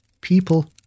People